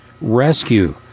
rescue